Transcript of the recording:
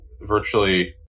virtually